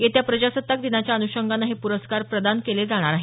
येत्या प्रजासत्ताक दिनाच्या अनुषंगानं हे पुरस्कार प्रदान केले जाणार आहेत